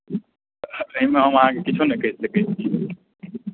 एहिमे हम अहाँकेँ किछो नहि कहि सकैत छी